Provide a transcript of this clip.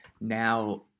Now